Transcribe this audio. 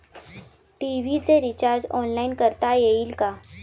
TV चे recharge online करता येईल का?